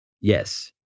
yes